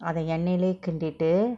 அத எண்னைலயே கிண்டிட்டு:atha ennailaye kinditu